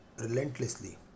relentlessly